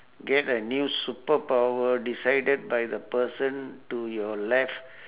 get a new superpower decided by the person to your left